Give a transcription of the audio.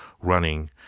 running